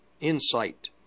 insight